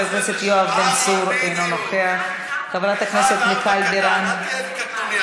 חבר הכנסת אחמד טיבי,